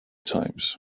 times